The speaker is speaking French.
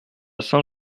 saint